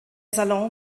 salon